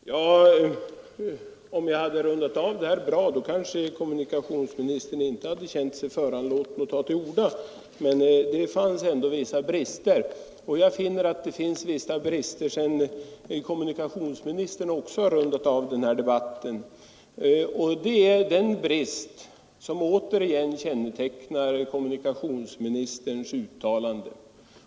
Fru talman! Om jag hade rundat av debatten bra kanske kommunikationsministern inte hade känt sig föranlåten att ta till orda, men det fanns tydligen vissa brister. Jag finner vissa brister sedan kommunikationsministern också har rundat av den här debatten, och det är den negativa syn som återigen kännetecknar hans uttalande.